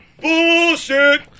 Bullshit